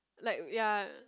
like ya